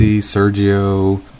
Sergio